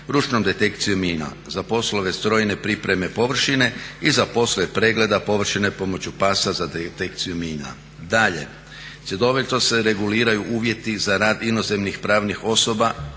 ručnom detekcijom mina, za poslove strojne pripreme površine i za … pregleda površine pomoću pasa za detekciju mina. Dalje, cjelovito se reguliraju uvjeti za rad inozemnih pravnih osoba